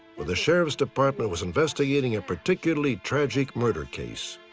where the sheriff's department was investigating a particularly tragic murder case.